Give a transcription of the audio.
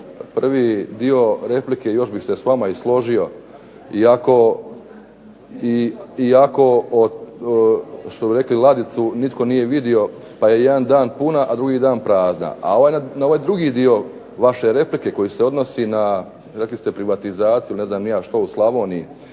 prvi dio replike još bih se s vama i složio iako što bi rekli ladicu nitko nije vidio pa je jedan dan puna, a drugi dan prazna. A na ovaj drugi dio vaše replike koji se odnosi na rekli ste privatizaciju, ne znam ni ja što u Slavoniji,